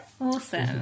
Awesome